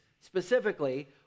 specifically